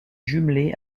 jumelée